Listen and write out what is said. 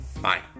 Bye